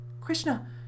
Krishna